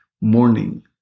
morning